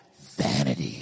vanity